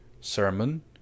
sermon